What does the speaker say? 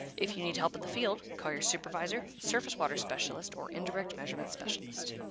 if you need help in the field, call your supervisor, surface-water specialist, or indirect measurement specialist.